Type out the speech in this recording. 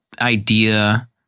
idea